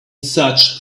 such